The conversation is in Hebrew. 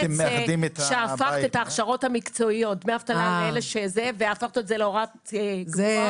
שהפכת את ההכשרות המקצועיות דמי אבטלה להוראת קבע.